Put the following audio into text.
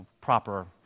proper